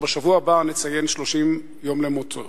שבשבוע הבא נציין 30 יום למותו.